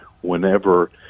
whenever